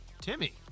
Timmy